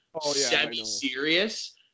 semi-serious